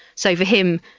so for him,